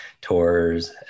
tours